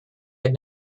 had